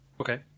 Okay